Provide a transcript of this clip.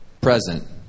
present